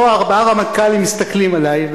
פה ארבעה רמטכ"לים מסתכלים עלי.